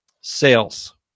sales